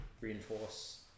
reinforce